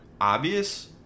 obvious